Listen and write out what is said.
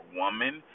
woman